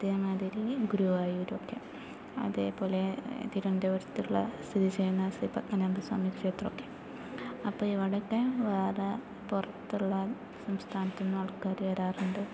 അതേമാതിരി ഗുരുവായൂരൊക്കെ അതേപോലെ തിരുവനന്തപുരത്തുള്ള സ്ഥിതിചെയ്യുന്ന ശ്രീ പത്മനാഭസ്വാമി ക്ഷേത്രമൊക്കെ അപ്പോൾ ഇവിടെയൊക്കെ വേറേ പുറത്തുള്ള സംസ്ഥാനത്തിൽനിന്നും ആൾക്കാര് വരാറുണ്ട്